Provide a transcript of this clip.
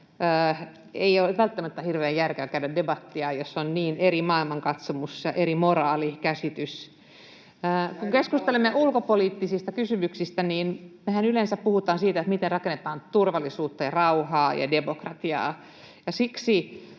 Ei ole välttämättä hirveän järkevää käydä debattia, jos on niin eri maailmankatsomus ja eri moraalikäsitys. Kun keskustelemme ulkopoliittisista kysymyksistä, mehän yleensä puhutaan siitä, miten rakennetaan turvallisuutta ja rauhaa ja demokratiaa.